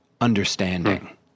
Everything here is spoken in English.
understanding